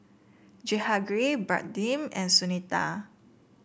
Jehangirr Pradip and Sunita